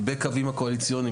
בקווים הקואליציוניים,